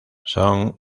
son